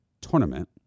tournament